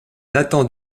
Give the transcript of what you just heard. datant